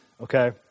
okay